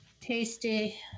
tasty